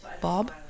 Bob